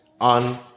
on